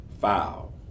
foul